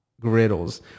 griddles